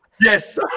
yes